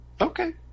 Okay